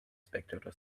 spectator